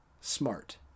smart